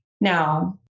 Now